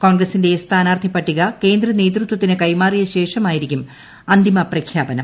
കോൺഗ്രസിന്റെ സ്ഥാനാർത്ഥിപട്ടിക കേന്ദ്ര നേതൃത്വത്തിന് കൈമാറിയ ശേഷമായിരിക്കും അന്തിമ പ്രഖ്യാപനം